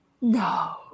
No